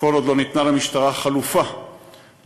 כל עוד לא ניתנה למשטרה חלופה לחיילים,